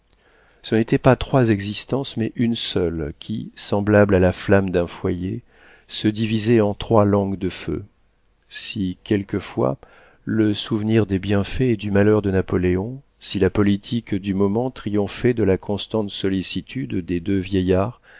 ce n'était pas trois existences mais une seule qui semblable à la flamme d'un foyer se divisait en trois langues de feu si quelquefois le souvenir des bienfaits et du malheur de napoléon si la politique du moment triomphaient de la constante sollicitude des deux vieillards